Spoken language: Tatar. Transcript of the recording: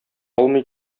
алмый